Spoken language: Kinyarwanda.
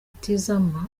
tizama